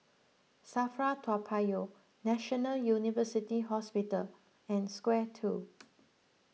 Safra Toa Payoh National University Hospital and Square two